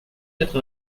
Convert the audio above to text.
quatre